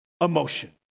emotion